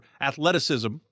athleticism